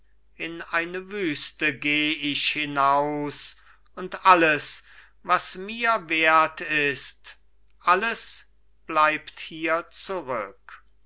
in eine wüste geh ich hinaus und alles was mir wert ist alles bleibt hier zurück